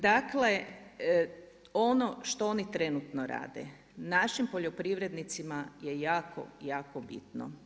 Dakle, ono što oni trenutno rade, našim poljoprivrednicima je jako, jako bitno.